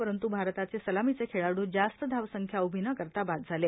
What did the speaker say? परंत् भारताचे सलामीचे खेळाड् जास्त धावसंख्या उभी न करता बाद झाले